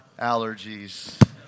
allergies